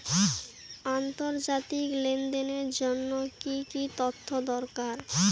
আন্তর্জাতিক লেনদেনের জন্য কি কি তথ্য দরকার?